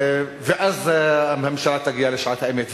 ואז הממשלה תגיע לשעת האמת.